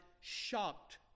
shocked